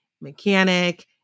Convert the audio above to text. mechanic